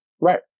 right